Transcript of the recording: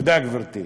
תודה, גברתי.